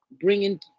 bringing